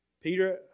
Peter